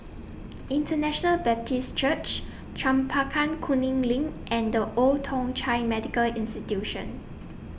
International Baptist Church Chempaka Kuning LINK and The Old Thong Chai Medical Institution